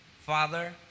Father